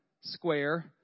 square